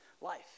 life